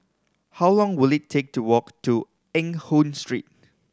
how long will it take to walk to Eng Hoon Street